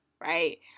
right